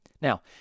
now